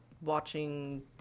watching